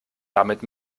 damit